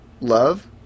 love